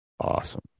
awesome